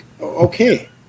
okay